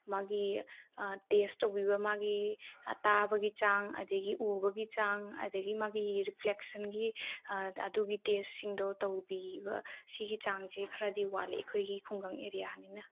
ꯃꯥꯒꯤ ꯇꯦꯁ ꯇꯧꯕꯤꯕ ꯃꯥꯒꯤ ꯇꯥꯕꯒꯤ ꯆꯥꯡ ꯑꯗꯨꯗꯒꯤ ꯎꯕꯒꯤ ꯆꯥꯡ ꯑꯗꯒꯤ ꯃꯥꯒꯤ ꯔꯤꯐ꯭ꯂꯦꯛꯁꯟꯒꯤ ꯑꯗꯨꯒꯤ ꯇꯦꯁꯁꯤꯡꯗꯣ ꯇꯧꯕꯤꯕ ꯁꯤꯒꯤ ꯆꯥꯡꯁꯦ ꯈꯔꯗꯤ ꯋꯥꯠꯂꯦ ꯑꯩꯈꯣꯏꯒꯤ ꯈꯨꯡꯒꯪ ꯑꯦꯔꯤꯌꯥꯅꯤꯅ